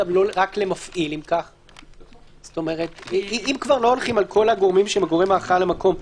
אם כבר לא הולכים על כל הגורמים שהם הגורם האחראי על המקום,